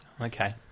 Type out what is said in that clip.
Okay